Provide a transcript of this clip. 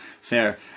fair